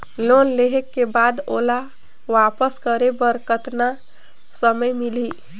Loan लेहे के बाद ओला वापस करे बर कतना समय मिलही?